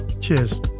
Cheers